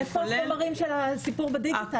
איפה החומרים של הסיפור בדיגיטל?